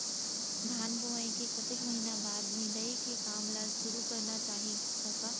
धान बोवई के कतेक महिना बाद निंदाई के काम ल सुरू करना चाही कका?